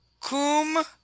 Cum